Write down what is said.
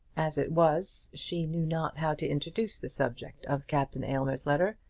as it was, she knew not how to introduce the subject of captain aylmer's letter,